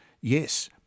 yes